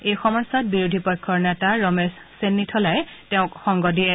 এই সময়ছোৱাত বিৰোধী পক্ষৰ নেতা ৰমেশ চেন্নিথলাই তেওঁক সংগ দিয়ে